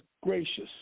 gracious